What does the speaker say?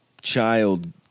child